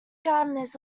gardeners